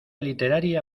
literaria